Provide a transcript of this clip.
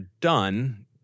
done